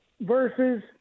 versus